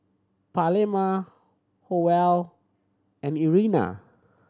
Pamela Howell and Irena